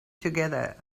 together